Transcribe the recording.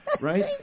right